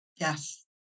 Yes